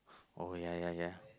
oh ya ya ya